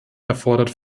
erfordert